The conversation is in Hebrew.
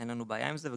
אין לנו בעיה עם זה.